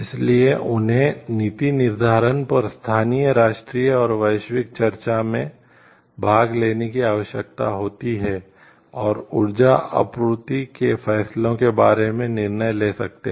इसलिए उन्हें नीति निर्धारण पर स्थानीय राष्ट्रीय और वैश्विक चर्चा में भाग लेने की आवश्यकता होती है और ऊर्जा आपूर्ति के फैसले के बारे में निर्णय ले सकते हैं